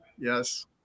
yes